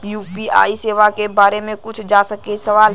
UPI सेवा के बारे में पूछ जा सकेला सवाल?